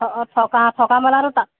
অঁ অঁ থকা থকা মেলাটো তাত